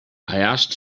asked